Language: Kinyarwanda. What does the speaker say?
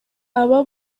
aba